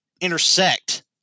intersect